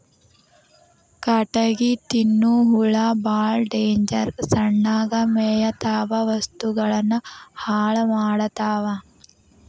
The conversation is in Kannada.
ಕಟಗಿ ತಿನ್ನು ಹುಳಾ ಬಾಳ ಡೇಂಜರ್ ಸಣ್ಣಗ ಮೇಯತಾವ ವಸ್ತುಗಳನ್ನ ಹಾಳ ಮಾಡತಾವ